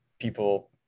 people